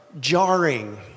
jarring